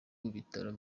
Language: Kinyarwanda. w’ibitaro